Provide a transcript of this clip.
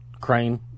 crane